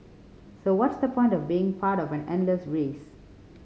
so what's the point of being part of an endless race